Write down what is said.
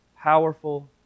powerful